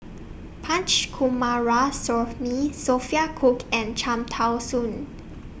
Punch Coomaraswamy Sophia Cooke and Cham Tao Soon